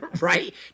right